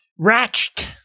ratched